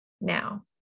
Now